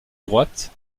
droite